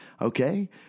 okay